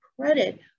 credit